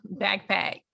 backpack